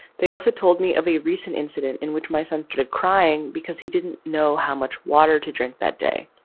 they also told me of a recent incident in which my son started crying because he didn't know how much water to drink that day.